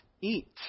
eat